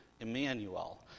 Emmanuel